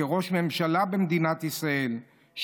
ראש ממשלה במדינת ישראל,